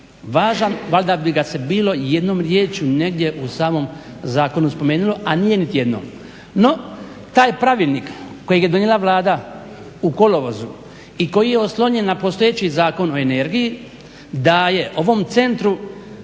važan valjda bi ga se bilo i jednom rječju negdje u samom zakonu spomenulo, a nije niti jednom. No taj pravilnik kojeg je donijela Vlada u kolovozu i koji je oslonjen na postojeći Zakon o energiji daje ovom centru